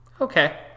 Okay